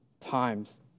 times